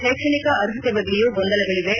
ಶೈಕ್ಷಣಿಕ ಅರ್ಹತೆ ಬಗ್ಗೆಯೂ ಗೊಂದಲಗಳಿವೆ